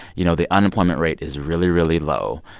you know, the unemployment rate is really, really low.